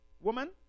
Woman